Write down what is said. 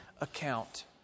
account